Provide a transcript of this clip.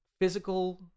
physical